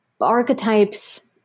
archetypes